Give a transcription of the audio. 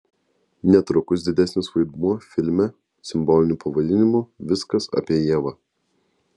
netrukus didesnis vaidmuo filme simboliniu pavadinimu viskas apie ievą